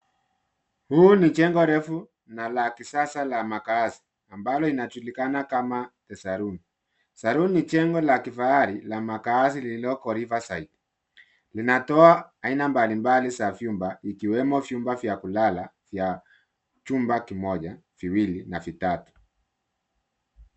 Huu ni jengo refu na la kisasa la makazi, ambalo linajulikana kama, The Saloon. Saloon ni jengo la kifahari la makazi lililoko Riverside. Linatoa aina mbali mbali za vyumba, likiwemo vyumba vya kulala vya chumba kimoja, viwili, na vitatu.